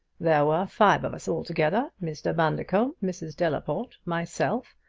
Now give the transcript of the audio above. there were five of us altogether mr. bundercombe, mrs. delaporte, myself,